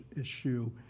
issue